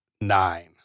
nine